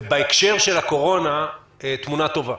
ובהקשר של הקורונה תמונה טובה.